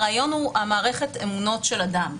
הרעיון הוא מערכת אמונות של אדם,